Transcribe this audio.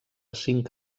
cinc